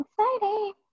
exciting